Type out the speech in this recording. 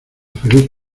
feliz